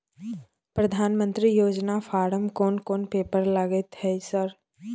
प्रधानमंत्री योजना फारम कोन कोन पेपर लगतै है सर?